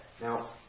Now